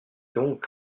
donc